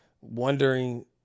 wondering